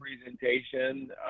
presentation